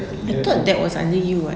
I thought that was under you [what]